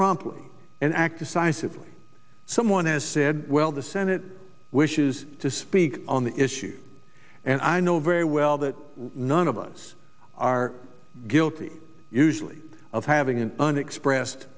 promptly and act decisively someone has said well the senate wishes to speak on the issue and i know very well that none of us are guilty usually of having an unexpressed